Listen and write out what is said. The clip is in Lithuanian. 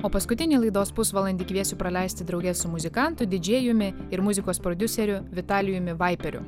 o paskutinį laidos pusvalandį kviesiu praleisti drauge su muzikantu didžėjumi ir muzikos prodiuseriu vitalijumi vaiperiu